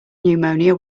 pneumonia